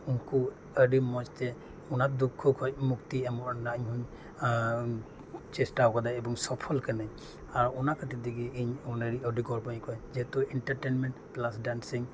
ᱩᱝᱠᱩ ᱟᱹᱰᱤ ᱢᱚᱸᱡᱽ ᱛᱮ ᱚᱱᱟ ᱫᱩᱠᱠᱷᱚ ᱠᱷᱚᱱ ᱢᱩᱠᱛᱤ ᱮᱢᱚᱜ ᱨᱮᱱᱟᱜ ᱤᱧ ᱦᱚᱸᱧ ᱪᱮᱥᱴᱟ ᱟᱠᱟᱫᱟ ᱮᱵᱚᱝ ᱥᱚᱯᱷᱚᱞ ᱟᱠᱟᱱᱟᱹᱧ ᱟᱨ ᱚᱱᱟ ᱠᱷᱟᱹᱛᱤᱨ ᱛᱮᱜᱮ ᱤᱧ ᱚᱸᱰᱮ ᱨᱮᱱ ᱟᱹᱰᱤ ᱦᱚᱲ ᱡᱮᱦᱮᱛᱩ ᱤᱱᱴᱟᱨᱴᱮᱱᱢᱮᱱᱴ ᱯᱞᱟᱥ ᱰᱮᱱᱥᱤᱝ